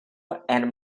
and